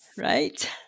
Right